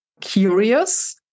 curious